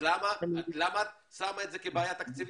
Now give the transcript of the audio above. אז למה את שמה את זה כבעיה תקציבית?